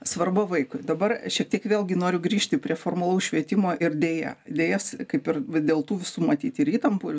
svarba vaikui dabar šiek tiek vėlgi noriu grįžti prie formalaus švietimo ir deja deja kaip ir va dėl tų visų matyt ir įtampų ir